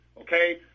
okay